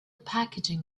packaging